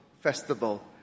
festival